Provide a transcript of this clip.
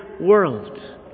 world